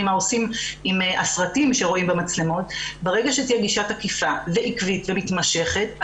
את הסרטטים במצלמות - ברגע שתהיה גישה תקיפה ועקבית ומתמשכת,